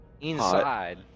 inside